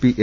P M